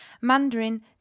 Mandarin